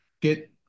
get